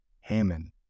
hammond